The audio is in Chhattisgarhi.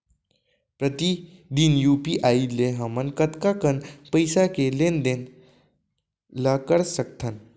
प्रतिदन यू.पी.आई ले हमन कतका कन पइसा के लेन देन ल कर सकथन?